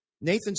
Nathan